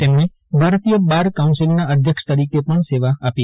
તેમણે ભારતીય બાર કાઉન્સિલના અધ્યક્ષ તરીકે પણ સેવા આપી હતી